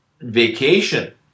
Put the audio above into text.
vacation